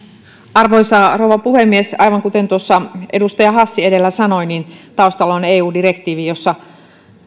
arvoisa rouva puhemies aivan kuten tuossa edustaja hassi edellä sanoi niin taustalla on eu direktiivi jossa